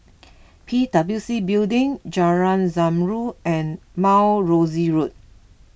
P W C Building Jalan Zamrud and Mount Rosie Road